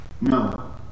No